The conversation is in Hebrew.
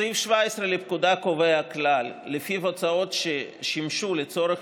סעיף 17 לפקודה קובע כלל שלפיו הוצאות ששימשו לצורך